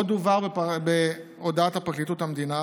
עוד הובהר בהודעת פרקליטות המדינה